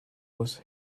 was